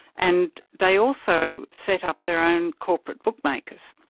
and they also set up their own corporate bookmakers.